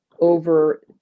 over